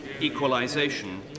equalisation